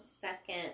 second